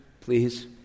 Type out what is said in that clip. please